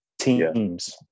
teams